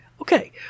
Okay